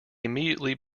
immediately